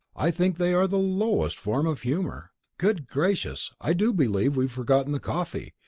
i think they are the lowest form of humour. good gracious! i do believe we've forgotten the coffee!